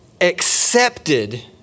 accepted